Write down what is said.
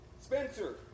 Spencer